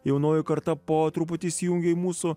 jaunoji karta po truputį įsijungė į mūsų